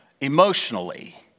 emotionally